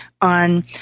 on